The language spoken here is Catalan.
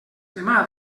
demà